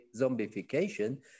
zombification